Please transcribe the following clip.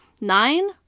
Nine